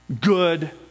good